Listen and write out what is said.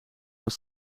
maar